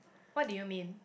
what do you mean